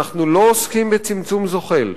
אנחנו לא עוסקים בצמצום זוחל,